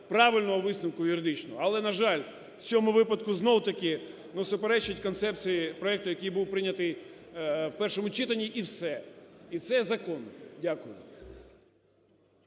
правильного висновку юридичного. Але, на жаль, в цьому випадку знову ж таки суперечить концепції проекту, який був прийнятий в першому читанні і все, і це є закон. Дякую.